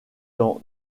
temps